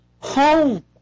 Home